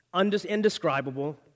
indescribable